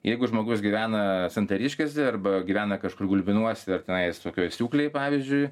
jeigu žmogus gyvena santariškėse arba gyvena kažkur gulbinuose ar tenais tokioj asiūkliai pavyzdžiui